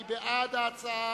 מי בעד ההצעה?